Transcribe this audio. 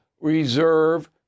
reserve